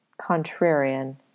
contrarian